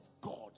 God